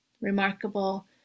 remarkable